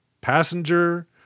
passenger